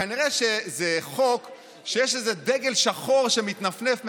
כנראה שזה חוק שיש איזה דגל שחור שמתנפנף מעליו,